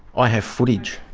i have footage.